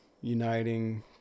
uniting –